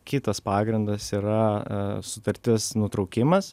kitas pagrindas yra sutartis nutraukimas